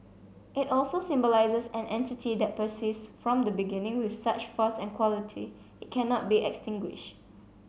it also symbolises an entity that persists from the beginning with such force and quality it cannot be extinguished